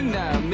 now